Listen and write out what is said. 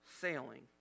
sailing